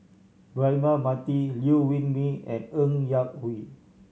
Braema Mathi Liew Wee Mee and Ng Yak Whee